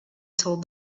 told